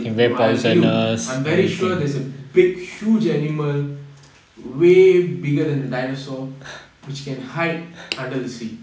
no I'll tell you I'm very sure that's a big huge animal way bigger than a dinosaur which can hide under the sea